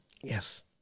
Yes